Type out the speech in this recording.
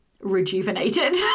rejuvenated